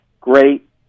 great